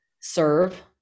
serve